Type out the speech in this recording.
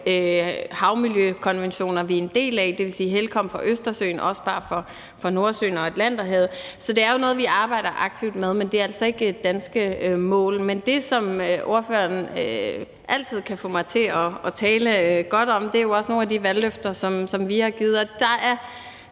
havmiljøkonventioner, vi er en del af, dvs. HELCOM for Østersøen og OSPAR for Nordsøen og Atlanterhavet. Så det er jo noget, vi arbejder aktivt med, men det er altså ikke danske mål. Men det, som ordføreren altid kan få mig til at tale godt om, er nogle af de valgløfter, som vi har givet, og der er